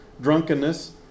drunkenness